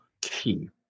key